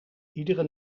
iedere